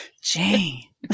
jane